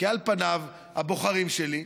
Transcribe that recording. כי על פניו, הבוחרים שלי,